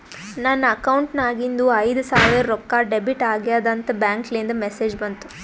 ನನ್ ಅಕೌಂಟ್ ನಾಗಿಂದು ಐಯ್ದ ಸಾವಿರ್ ರೊಕ್ಕಾ ಡೆಬಿಟ್ ಆಗ್ಯಾದ್ ಅಂತ್ ಬ್ಯಾಂಕ್ಲಿಂದ್ ಮೆಸೇಜ್ ಬಂತು